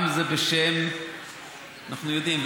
אנחנו יודעים.